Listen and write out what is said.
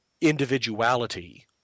individuality